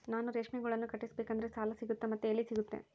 ನಾನು ರೇಷ್ಮೆ ಗೂಡನ್ನು ಕಟ್ಟಿಸ್ಬೇಕಂದ್ರೆ ಸಾಲ ಸಿಗುತ್ತಾ ಮತ್ತೆ ಎಲ್ಲಿ ಸಿಗುತ್ತೆ?